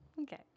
Okay